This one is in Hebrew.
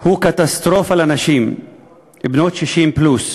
היא קטסטרופה לנשים בנות 60 פלוס.